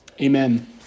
amen